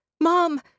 Mom